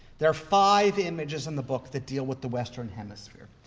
there are five images in the book that deal with the western hemisphere.